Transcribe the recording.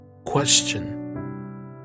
Question